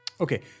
Okay